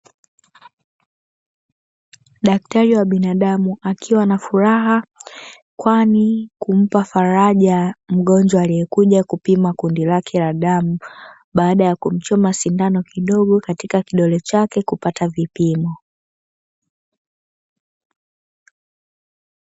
Daktari wa binadamu akiwa na furaha kwani humpa faraja mgonjwa aliyekuja kupima kundi lake la damu, baada ya kumchoma sindano kidogo katika kidole chake na kupata vipimo.